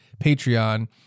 Patreon